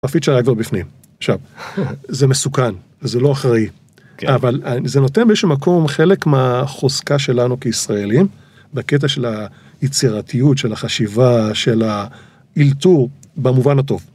הפיצ'ר היה כבר בפנים, עכשיו, זה מסוכן, זה לא אחראי, אבל זה נותן באיזשהו מקום חלק מהחוזקה שלנו כישראלים, בקטע של היצירתיות, של החשיבה, של האלתור, במובן הטוב.